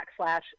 backslash